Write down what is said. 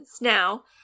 Now